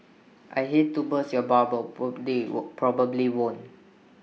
I hate to burst your bubble but they were probably won't